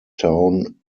town